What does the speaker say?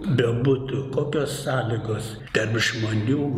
bebūtų kokios sąlygos tarp žmonių